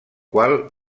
qual